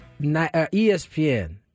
ESPN